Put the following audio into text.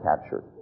captured